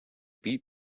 beat